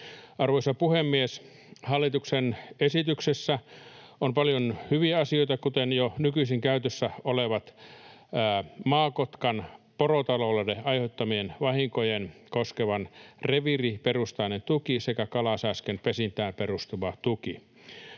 Arvoisa puhemies! Hallituksen esityksessä on paljon hyviä asioita, kuten jo nykyisin käytössä olevat maakotkan porotaloudelle aiheuttamia vahinkoja koskeva reviiriperustainen tuki sekä kalasääsken pesintään perustuva tuki.